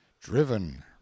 driven